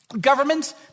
Governments